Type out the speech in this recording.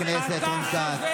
חבר הכנסת רון כץ.